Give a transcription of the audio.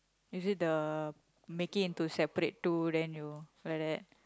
is it the making into separate two then you like that